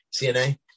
cna